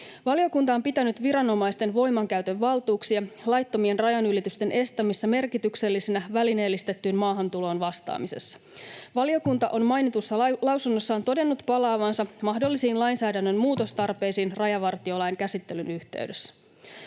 Valiokunta on pitänyt viranomaisten voimankäytön valtuuksia laittomien rajanylitysten estämisessä merkityksellisinä välineellistettyyn maahantulon vastaamisessa. Valiokunta on mainitussa lausunnossaan todennut palaavansa mahdollisiin lainsäädännön muutostarpeisiin rajavartiolain käsittelyn yhteydessä.